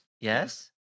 Yes